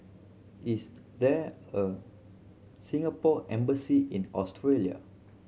is there a Singapore Embassy in Australia